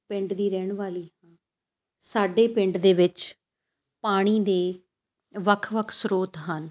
ਪਿੰਡ ਦੀ ਰਹਿਣ ਵਾਲੀ ਸਾਡੇ ਪਿੰਡ ਦੇ ਵਿੱਚ ਪਾਣੀ ਦੇ ਵੱਖ ਵੱਖ ਸਰੋਤ ਹਨ